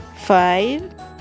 Five